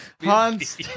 Hans